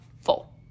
full